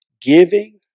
giving